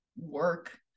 work